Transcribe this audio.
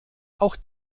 auch